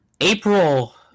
April